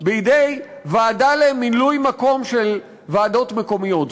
בידי ועדה למילוי מקום של ועדות מקומיות.